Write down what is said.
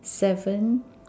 seven